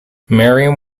merriam